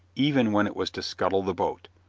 even when it was to scuttle the boat.